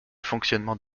fonctionnement